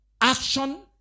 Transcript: action